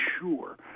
sure